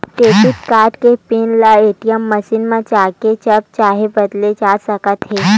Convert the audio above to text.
debit card के pin ल ATM machine म जाके जब चाहे बदले जा सकत हे